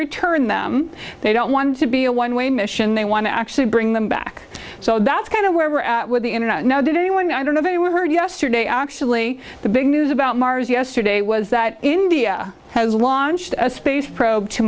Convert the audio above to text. return them they don't want to be a one way mission they want to actually bring them back so that's kind of where we're at with the internet now did anyone i don't know if anyone heard yesterday actually the big news about mars yesterday was that india has launched a space probe to